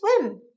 swim